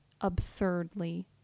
absurdly